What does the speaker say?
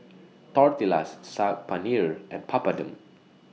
Tortillas Saag Paneer and Papadum